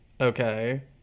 Okay